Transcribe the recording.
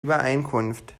übereinkunft